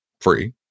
Free